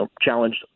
challenged